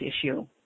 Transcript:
issue